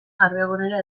garbigunera